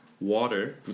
water